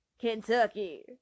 Kentucky